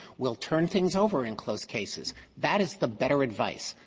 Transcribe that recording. we'll turn things over in close cases that is the better advice.